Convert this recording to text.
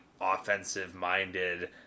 offensive-minded